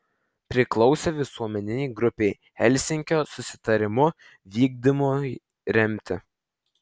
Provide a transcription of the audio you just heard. priklausė visuomeninei grupei helsinkio susitarimų vykdymui remti